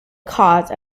cause